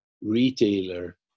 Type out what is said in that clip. retailer